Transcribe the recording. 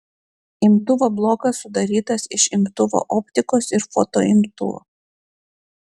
imtuvo blokas sudarytas iš imtuvo optikos ir fotoimtuvo